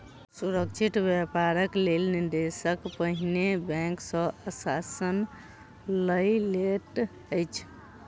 सुरक्षित व्यापारक लेल निवेशक पहिने बैंक सॅ आश्वासन लय लैत अछि